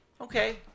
Okay